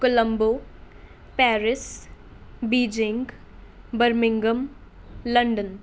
Colombo Paris Beijing Birmingham London